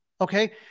Okay